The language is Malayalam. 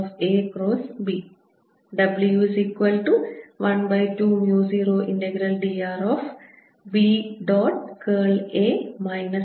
AB W120dr B